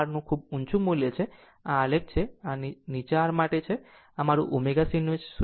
તો આ Rનું ખૂબ ઊંચું મૂલ્ય છે આ આલેખ છે અને નીચા R માટે આ આલેખ છે અને આ મારું ω0 છે